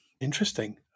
interesting